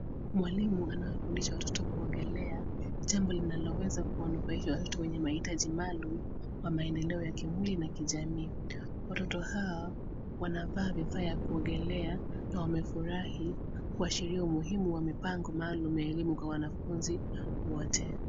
Mwalimu anawafundisha watoto kuogelea jambo linaloweza kuwanufaisha watu wenye mahitaji maalum wa maendeleo ya kimwili na kijamii. Watoto hawa wanavaa vifaa vya kuogelea na wamefurahi kuashiria umuhimu wa mipango maalum ya elimu kwa wanafunzi wote.